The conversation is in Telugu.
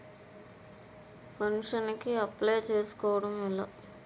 పెన్షన్ కి అప్లయ్ చేసుకోవడం ఎలా?